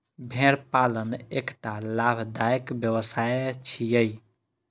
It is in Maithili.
भेड़ पालन एकटा लाभदायक व्यवसाय छियै